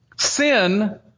Sin